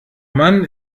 mann